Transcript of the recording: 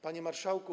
Panie Marszałku!